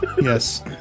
Yes